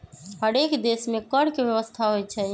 हरेक देश में कर के व्यवस्था होइ छइ